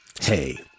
Hey